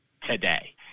today